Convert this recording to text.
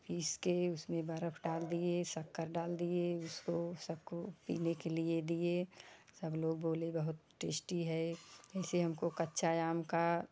piece के उसमें बरफ डाल दिए शक्कर डाल दिए उसको सबको पीने के लिए दिए सब लोग बोलें बहुत टेस्टी है इसे हमको कच्चा आम का